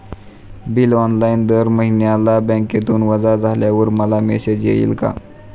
Bill online दर महिन्याला बँकेतून वजा झाल्यावर मला मेसेज येईल का?